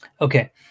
Okay